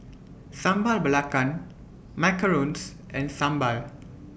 Sambal Belacan Macarons and Sambal